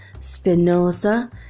Spinoza